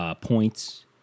points